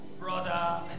brother